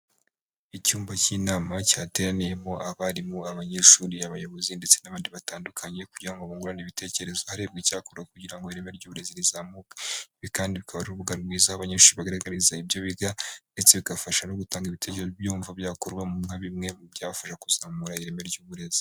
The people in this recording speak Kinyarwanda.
Icyumba cy'inama cyateraniyemo abarimu, abanyeshuri, abayobozi ndetse n'abandi batandukanye kugira ngo bungurane ibitekerezo, harebwa icyakorwa kugira ngo ireme ry'uburezi rizamuke. Ibi kandi bikaba urubuga rwiza aho abanyeshuri bagaragariza ibyo biga ndetse bigafasha no gutanga ibitekerezo by'ibyo bumva byakorwamo nka bimwe mu byabafasha kuzamura ireme ry'uburezi.